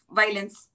violence